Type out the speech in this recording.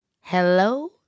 Hello